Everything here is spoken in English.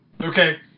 okay